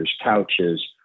couches